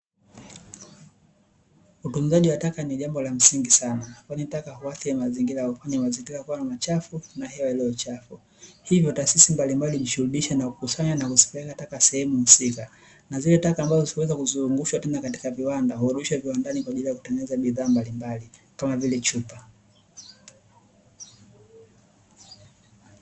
Utunzaji wa taka ni jambo la msingi sana. Kwani, taka huathiri mazingira kwa kufanya mazingira kuwa machafu na hewa iliyo chafu. Hivyo, taasisi mbalimbali hushughulika na ukusanyaji na usambazaji wa taka sehemu husika. Na zile taka ambazo zinaweza kuzungushwa tena katika viwanda, hurushwa viwandani kwa ajili ya kutengeneza bidhaa mbalimbali, kama vile chupa.